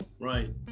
Right